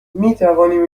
میتوانیم